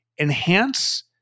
enhance